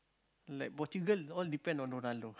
like Portugal is all depend on Ronaldo